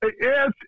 Yes